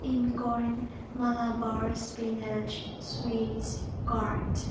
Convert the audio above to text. ꯏꯟꯀꯣꯔꯟ Malabars spinach ꯁ꯭ꯋꯤꯠꯁ card